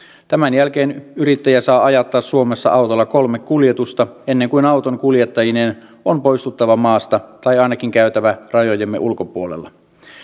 tämän jälkeen yrittäjä saa ajattaa suomessa autolla kolme kuljetusta ennen kuin auton kuljettajineen on poistuttava maasta tai ainakin käytävä rajojemme ulkopuolella